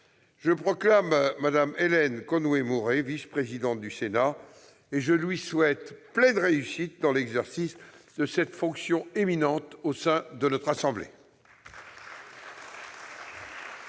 je proclame Mme Hélène Conway-Mouret vice-présidente du Sénat, et je lui souhaite pleine réussite dans l'exercice de cette fonction éminente au sein de notre assemblée.